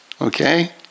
okay